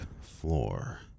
floor